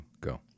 go